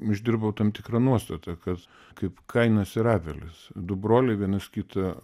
išdirbau tam tikrą nuostatą kad kaip kainas ir abelis du broliai vienas kitą